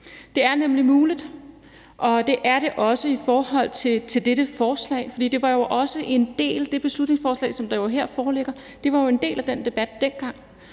Det er nemlig muligt, og det er det også i forhold til dette forslag. For det beslutningsforslag, der foreligger her, var jo også en del af den debat dengang.